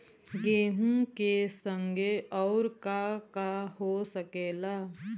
गेहूँ के संगे अउर का का हो सकेला?